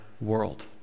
world